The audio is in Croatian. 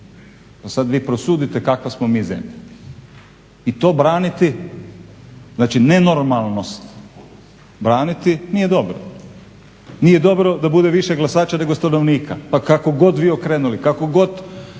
a sad vi prosudite kakva smo mi zemlja. I to braniti znači nenormalnost braniti nije dobro. Nije dobro da bude više glasača nego stanovnika pa kako god vi okrenuli, kako god